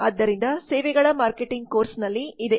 ಆದ್ದರಿಂದ ಸೇವೆಗಳ ಮಾರ್ಕೆಟಿಂಗ್ ಕೋರ್ಸ್ನಲ್ಲಿ ಇದೆ